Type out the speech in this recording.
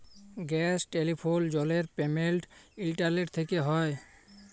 gas, telephone, জলের payment internet থ্যকে হয়